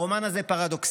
הרומן הזה פרדוקסלי.